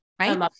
right